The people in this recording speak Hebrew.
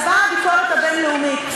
אז באה הביקורת הבין-לאומית.